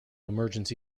emergency